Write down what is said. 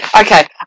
okay